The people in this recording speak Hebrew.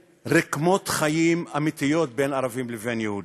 רקמות חיים אמיתיות בין ערבים לבין יהודים.